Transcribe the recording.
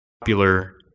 popular